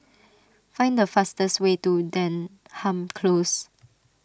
find the fastest way to Denham Close